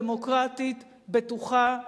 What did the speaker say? דמוקרטית ובטוחה.